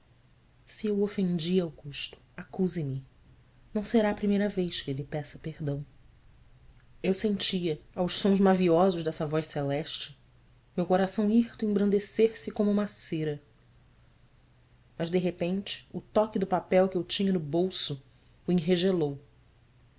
se eu o ofendi augusto acuse me não será a primeira vez que lhe peça perdão eu sentia aos sons maviosos dessa voz celeste meu coração hirto embrandecer se como uma cera mas de repente o toque do papel que eu tinha no bolso o enregelou